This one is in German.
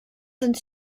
sind